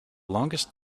longest